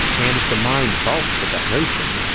and if the mind balks at that notion,